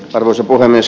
arvoisa puhemies